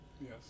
Yes